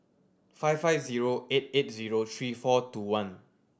five five zero eight eight zero three four two one